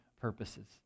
purposes